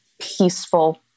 peaceful